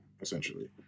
essentially